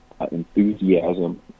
enthusiasm